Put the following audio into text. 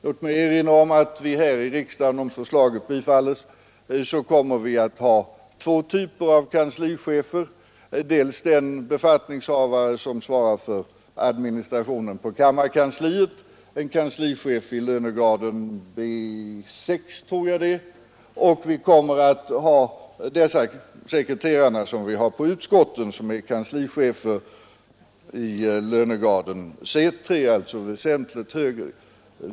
Låt mig erinra om att vi här i riksdagen — om förslaget bifalles — kommer att ha två ichefer, dels den befattningshavare som svarar för admi typer av kan nistrationen på kammarkansliet i lönegrad B 6, dels sekreterarna i utskotten som är kanslichefer i lönegrad C 3, alltså väsentligt högre.